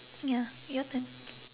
ya your turn